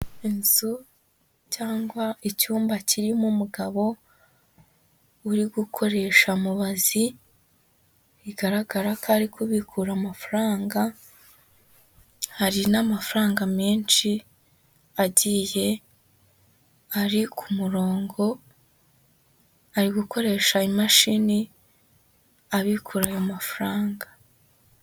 Inzu cyangwa icyumba kirimo umugabo uri gukoresha mubazi bigaragarako ari kubikura amafaranga, hari n'amafaranga menshi agiye ari ku murongo, ari gukoresha imashini abikura amafaranga.